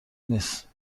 نیست